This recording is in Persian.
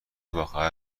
باخبر